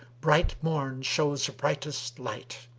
bright morn shows brightest light.